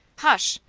hush!